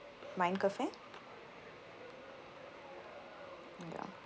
mind cafe ya